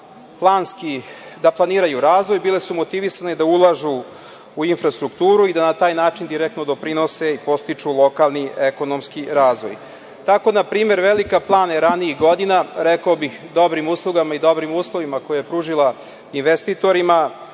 motivisane da planiraju razvoj, bile su motivisane da ulažu u infrastrukturu i na taj način direktno da doprinose i podstiču lokalni ekonomski razvoj. Tako je, na primer, Velika Plana ranijih godina, rekao bih dobrim uslugama i dobrim uslovima koje je pružila investitorima,